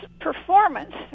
performance